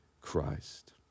Christ